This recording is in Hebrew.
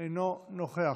אינו נוכח,